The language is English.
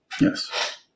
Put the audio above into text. Yes